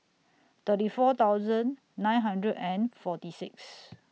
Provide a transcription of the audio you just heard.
thirty four thousand nine hundred and forty six